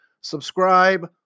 subscribe